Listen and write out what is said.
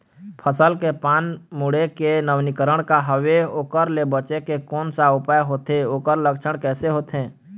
फसल के पान मुड़े के नवीनीकरण का हवे ओकर ले बचे के कोन सा उपाय होथे ओकर लक्षण कैसे होथे?